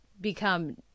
become